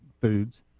foods